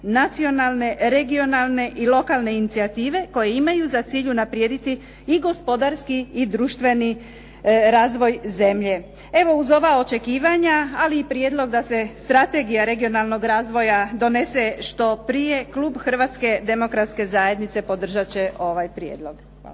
nacionalne, regionalne i lokalne inicijative koje imaju za cilj unaprijediti i gospodarski i društveni razvoj zemlje. Evo, uz ova očekivanja ali i prijedlog da se strategija regionalnog razvoja donese što prije Klub Hrvatske demokratske zajednice podržat će ovaj Prijedlog.